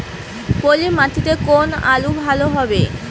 পলি মাটিতে কোন আলু ভালো হবে?